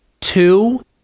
two